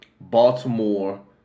Baltimore